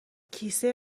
کیسه